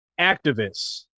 activists